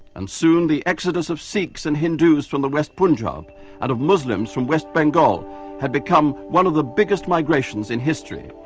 and soon the exodus of sikhs and hindus from the west punjab and of muslims from west bengal had become of the biggest migrations in history.